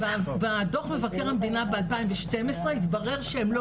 בדו"ח מבקר המדינה מ-2012 התברר שהם לא